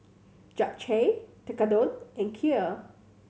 Japchae Tekkadon and Kheer